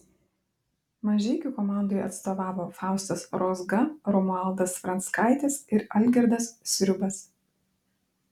mažeikių komandai atstovavo faustas rozga romualdas franckaitis ir algirdas sriubas